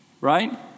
Right